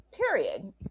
period